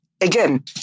again